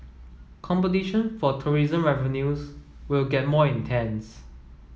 competition for tourism revenues will get more intense